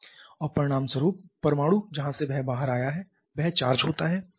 और परिणामस्वरूप परमाणु जहां से वह बाहर आया है वह चार्ज हो जाता है